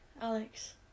Alex